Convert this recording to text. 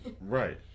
Right